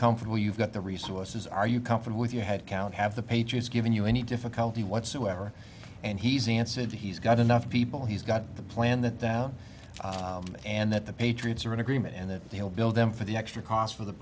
comfortable you've got the resources are you come from with you had count have the pages given you any difficulty whatsoever and he's answered he's got enough people he's got the plan that down and that the patriots are in agreement and that he'll build them for the extra cost for the